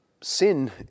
Sin